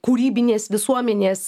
kūrybinės visuomenės